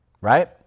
right